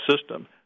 system